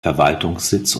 verwaltungssitz